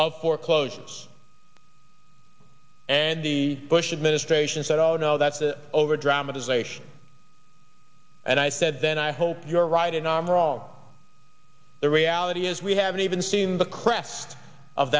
of foreclosures and the bush administration said oh no that's the over dramatization and i said then i hope you're right and i'm wrong the reality is we haven't even seen the crest of